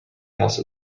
also